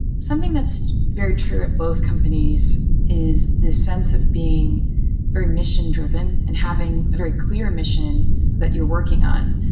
something that's very true at both companies is this sense of being very mission-dr iven and having a very clear mission that you're working on.